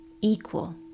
equal